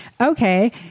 Okay